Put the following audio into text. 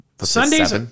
Sundays